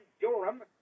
Durham